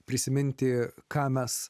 prisiminti ką mes